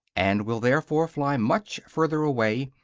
and will therefore fly much further away,